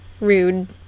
rude